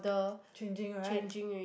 changing right